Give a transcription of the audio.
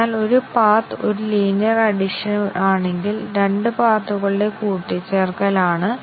യഥാർത്ഥത്തിൽ ബേസിക് കണ്ടിഷനുകളുടെ എണ്ണത്തിൽ ലീനിയർ ആണ്